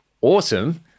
Awesome